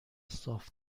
صاف